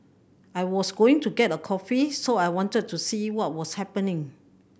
I was going to get a coffee so I wanted to see what was happening